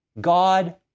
God